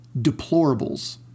deplorables